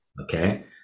Okay